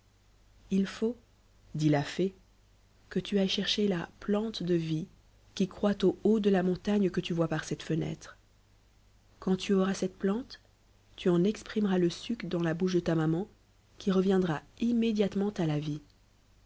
il faut dit la fée que tu ailles chercher la plante de vie qui croît au haut de la montagne que tu vois par cette fenêtre quand tu auras cette plante tu en exprimeras le suc dans la bouche de ta maman qui reviendra immédiatement à la vie